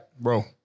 bro